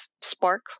spark